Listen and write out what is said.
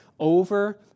over